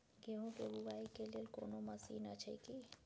गेहूँ के बुआई के लेल कोनो मसीन अछि की?